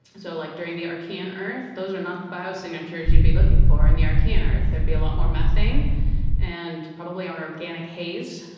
so like during the archean earth, those are not the bio-signatures you'd be looking for in the archean earth, there'd be a lot more methane and probably an organic haze.